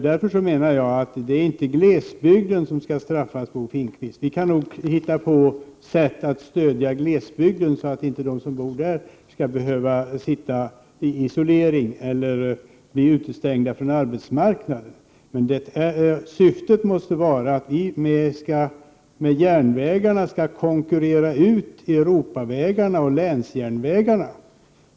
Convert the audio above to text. Därför menar jag att det inte är glesbygden som skall straffas, Bo Finnkvist. Vi kan nog hitta på sätt att stödja Prot. 1988/89:115 glesbygden så att de som bor där inte skall behöva sitta i isolering eller bli utestängda från arbetsmarknaden. Syftet måste vara att järnvägarna skall konkurrera ut Europavägarna och länsjärnvägarna.